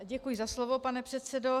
Děkuji za slovo, pane předsedo.